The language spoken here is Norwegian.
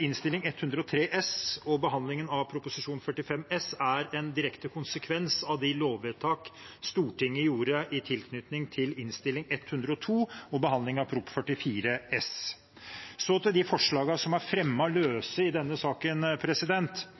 Innst. 103 S og behandlingen av Prop. 45 S er en direkte konsekvens av de lovvedtak Stortinget gjorde i tilknytning til Innst. 102 L og behandlingen av Prop. 44 S, også de for 2021–2022. Så til de løse forslagene som er fremmet i denne saken: